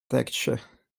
texture